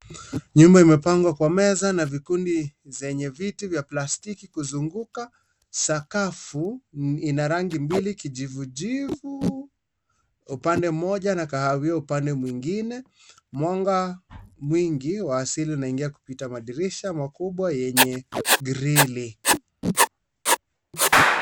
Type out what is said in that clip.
Nyumba imepangwa kwa meza na vikundi zenye viti vya plastiki kuzunguka. Sakafu ina rangi mbili kijivujivu upande mmoja na kahawia upande mwingine. Mwanga mwingi wa asili unaingia kupita madirisha makubwa yenye grili.